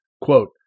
Quote